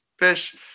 fish